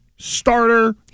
starter